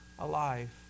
Alive